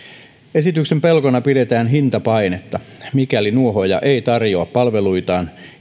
esityksen pelkona pidetään hintapainetta mikäli nuohooja ei enää tarjoa palveluitaan